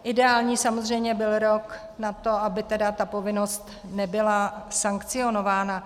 Ideální samozřejmě byl rok na to, aby ta povinnost nebyla sankcionována.